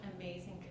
amazing